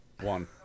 One